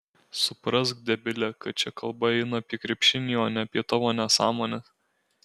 suprask debile kad čia kalba eina apie krepšinį o ne apie tavo nesąmones